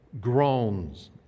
groans